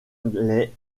les